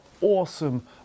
awesome